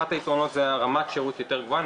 אחד היתרונות זה רמת שירות יותר גבוהה.